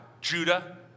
Judah